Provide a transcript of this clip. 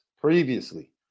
previously